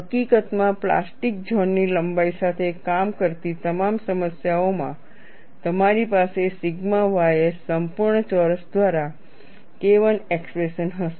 હકીકતમાં plastic zone ની લંબાઈ સાથે કામ કરતી તમામ સમસ્યાઓમાં તમારી પાસે સિગ્મા ys સંપૂર્ણ ચોરસ દ્વારા KI એક્સપ્રેશન હશે